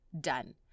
done